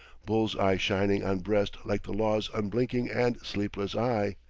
bull's-eye shining on breast like the law's unblinking and sleepless eye,